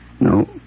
No